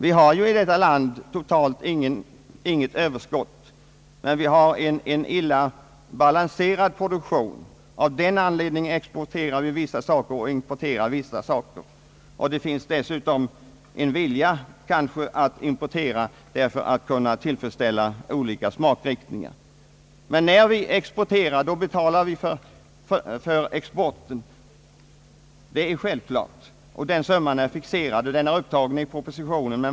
Vi har ju i detta land totalt inget överskott, men vi har en illa balanserad produktion, och av den anledningen exporterar vi vissa saker medan vi importerar andra. Kanske finns det dessutom en vilja att importera för att kunna tillfredsställa olika smakriktningar. När vi exporterar, betalar vi för exporten, det är självklart, och den summan är fixerad och upptagen i propositionen.